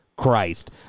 Christ